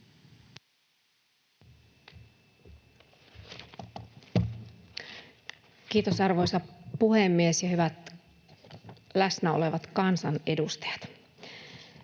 Kiitos, arvoisa puhemies, ja hyvät läsnä olevat kansanedustajat!